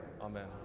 Amen